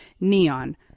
Neon